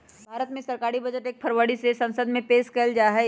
भारत मे सरकारी बजट एक फरवरी के संसद मे पेश कइल जाहई